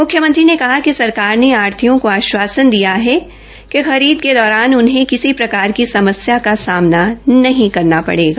मुख्यमंत्री ने कहा कि सरकार ने आढ़तियों को आश्वासन दिया है कि खरीद के दौरान उन्हें किसी प्रकार की समस्या का सामना नहीं करना पड़ेगा